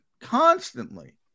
constantly